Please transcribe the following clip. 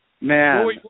Man